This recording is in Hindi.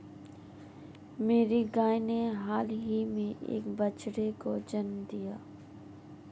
मेरी गाय ने हाल ही में एक बछड़े को जन्म दिया